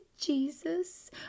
Jesus